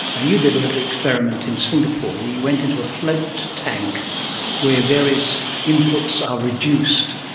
you did a little experiment in singapore where you went into a float tank where various inputs are reduced,